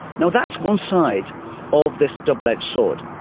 now that's one side of this double-edged sword.